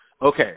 Okay